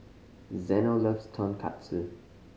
Zeno loves Tonkatsu